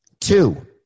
Two